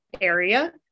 area